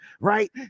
right